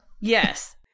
Yes